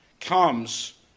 comes